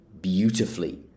beautifully